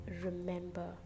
remember